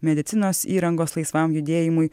medicinos įrangos laisvam judėjimui